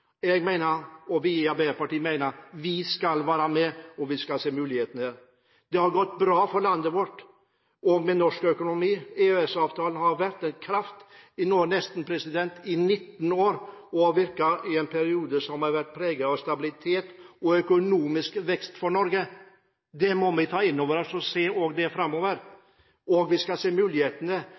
Jeg – og vi i Arbeiderpartiet – mener at vi skal være med, og vi skal se mulighetene. Det har gått bra for landet vårt og med norsk økonomi. EØS-avtalen har vært en kraft nå i nesten 19 år og har virket i en periode som har vært preget av stabilitet og økonomisk vekst for Norge. Det må vi ta inn over oss. Vi må også se framover. Vi skal se mulighetene,